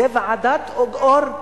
זו ועדת-אור,